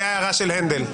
הייתה הערה של הנדל.